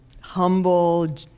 humble